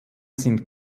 sind